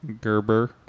Gerber